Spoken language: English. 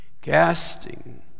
Casting